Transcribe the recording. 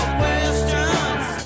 questions